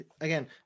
again